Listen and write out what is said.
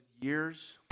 years